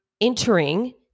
entering